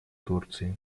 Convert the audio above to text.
турции